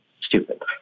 stupid